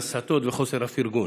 ההסתות וחוסר הפרגון.